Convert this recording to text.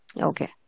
Okay